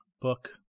book